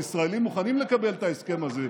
הישראלים מוכנים לקבל את ההסכם הזה,